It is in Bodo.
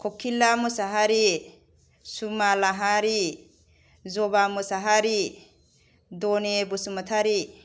ककिला मुसाहारि सुमा लाहारि जबा मसाहारि दने बसुमतारि